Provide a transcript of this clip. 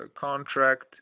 contract